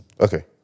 Okay